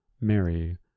mary